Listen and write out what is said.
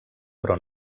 però